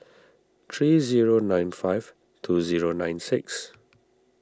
three zero nine five two zero nine six